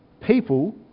people